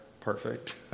perfect